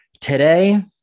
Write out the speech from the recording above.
today